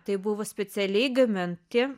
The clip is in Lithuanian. tai buvo specialiai gaminti